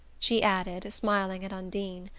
she added, smiling at undine.